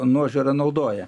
nuožiūra naudoja